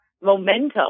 momentum